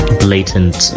blatant